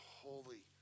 holy